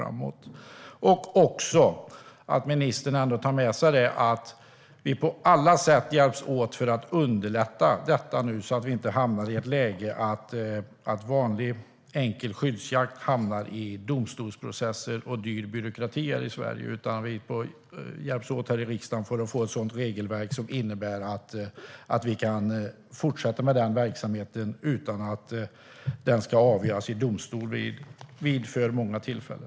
Jag vill också att ministern tar med sig budskapet att vi på alla sätt behöver hjälpas åt för att underlätta detta så att vi inte kommer i ett läge då vanlig skyddsjakt hamnar i domstolsprocesser och dyr byråkrati här i Sverige. Vi behöver hjälpas åt här i riksdagen så att vi kan få ett sådant regelverk att vi kan fortsätta med den här verksamheten utan att den ska avgöras i domstol vid för många tillfällen.